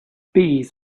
bees